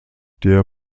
der